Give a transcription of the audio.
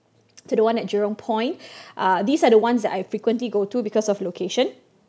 to the one at Jurong point uh these are the ones that I frequently go to because of location